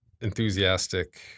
enthusiastic